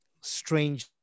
strange